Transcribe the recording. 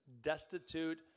destitute